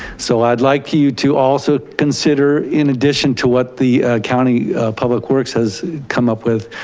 so i'd like you you to also consider, in addition to what the county public works has come up with,